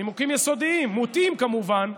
נימוקים יסודיים מוטעים, כמובן,